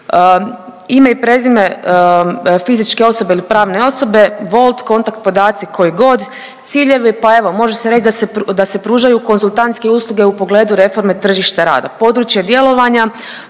Ime i prezime fizičke osobe ili pravne osobe, …/Govornica se ne razumije./… kontakt podaci koji god, ciljevi. Pa evo može se reći da se pružaju konzultantske usluge u pogledu reforme tržišta rada, područje djelovanja